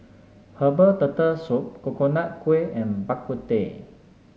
Herbal Turtle Soup Coconut Kuih and Bak Kut Teh